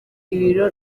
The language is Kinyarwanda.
ibiro